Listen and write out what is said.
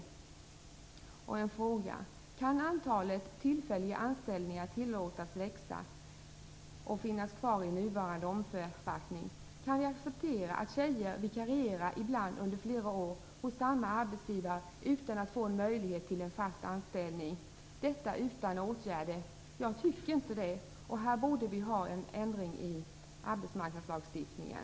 Jag har en fråga: Kan antalet tillfälliga anställningar tillåtas växa eller finnas kvar i nuvarande omfattning? Kan vi acceptera att tjejer ibland vikarierar under flera år hos samma arbetsgivare utan att få möjlighet till en fast anställning? Detta utan åtgärder. Jag tycker inte det. Här borde vi ha en ändring i arbetsmarknadslagstiftningen.